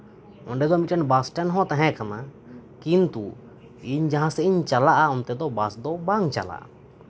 ᱚᱸᱰᱮ ᱫᱚ ᱢᱤᱫᱴᱮᱱ ᱵᱟᱥ ᱥᱴᱮᱱᱰ ᱦᱚᱸ ᱛᱟᱦᱮᱸ ᱠᱟᱱᱟ ᱠᱤᱱᱛᱩ ᱤᱧ ᱡᱟᱦᱟᱸᱥᱮᱡ ᱤᱧ ᱪᱟᱞᱟᱜᱼᱟ ᱚᱱᱛᱮ ᱫᱚ ᱵᱟᱥ ᱫᱚ ᱵᱟᱝ ᱪᱟᱞᱟᱜᱼᱟ